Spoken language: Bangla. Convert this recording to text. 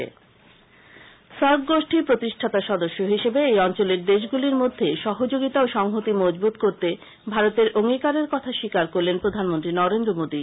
প্রধানমন্ত্রী সার্ক গোষ্ঠীর প্রতিষ্ঠাতা সদস্য হিসেবে এই অঞ্চলের দেশগুলির মধ্যে সহযোগিতা ও সংহতি মজবুত করতে ভারতের অঙ্গীকারের কথা স্বীকার করলেন প্রধানমন্ত্রী নরেন্দ্র মোদী